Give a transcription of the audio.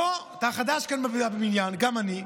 בוא, אתה חדש כאן בבניין, גם אני.